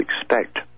expect